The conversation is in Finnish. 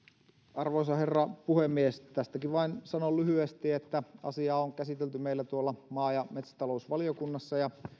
arvoisa herra puhemies tästäkin vain sanon lyhyesti että asiaa on käsitelty meillä maa ja metsätalousvaliokunnassa ja